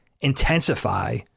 intensify